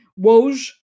Woj